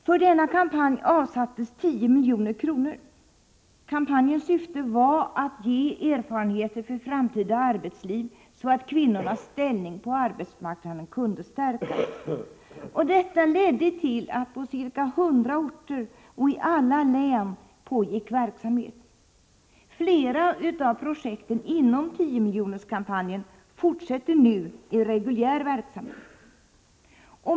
För denna kampanj avsattes 10 milj.kr. Kampanjens syfte var att ge erfarenheter för framtida arbetsliv, så att kvinnornas ställning på arbetsmarknaden kunde stärkas. Detta ledde till verksamhet på ca 100 orter och i alla län. Flera av projekten inom tiomiljonerskampanjen fortsätter nu i reguljär verksamhet.